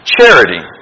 Charity